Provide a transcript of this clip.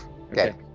Okay